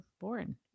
born